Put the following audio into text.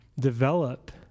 develop